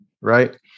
right